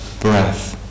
breath